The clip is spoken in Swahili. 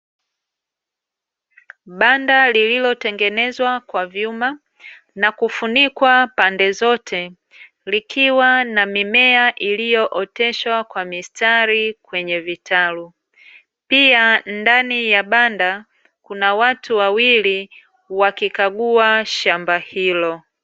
Banda lililotengenezwa kwa vyuma na kufunikwa pande zote, likiwa na mimea iliyooteshwa kwa mistari kwenye vitalu. Pia ndani ya banda kuna watu wawili wakikagua shamba hilo.